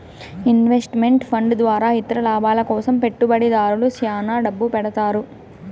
invest meant fund ద్వారా ఇతర లాభాల కోసం పెట్టుబడిదారులు శ్యాన డబ్బు పెడతారు